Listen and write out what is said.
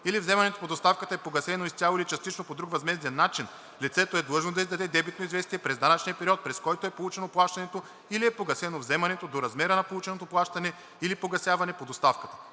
или вземането по доставката е погасено изцяло или частично по друг възмезден начин, лицето е длъжно да издаде дебитно известие през данъчния период, през който е получено плащането или е погасено вземането, до размера на полученото плащане или погасяване по доставката.